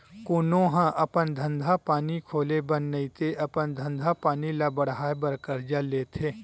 कोनो ह अपन धंधा पानी खोले बर नइते अपन धंधा पानी ल बड़हाय बर करजा लेथे